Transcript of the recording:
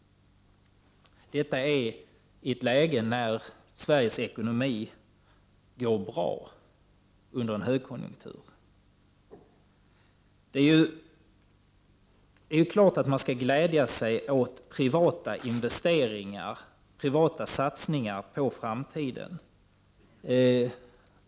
Detta inträffar i ett läge när Sveriges ekonomi går bra, under en högkonjunktur! Det är klart att man skall glädja sig åt privata investeringar, privata satsningar på framtiden.